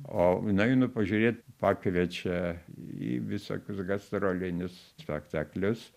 o nueinu pažiūrėt pakviečia į visokius gastrolinius spektaklius